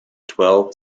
twelve